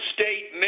State